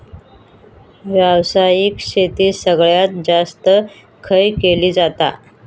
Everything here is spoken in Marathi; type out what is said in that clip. व्यावसायिक शेती सगळ्यात जास्त खय केली जाता?